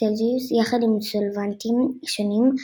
יחד עם סולבנטים שונים,